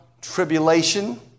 tribulation